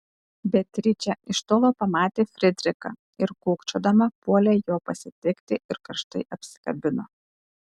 beatričė iš tolo pamatė frydrichą ir kūkčiodama puolė jo pasitikti ir karštai apsikabino